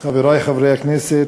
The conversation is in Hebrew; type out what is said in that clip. חברי חברי הכנסת,